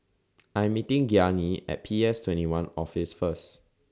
I'm meeting Gianni At P S twenty one Office First